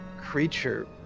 creature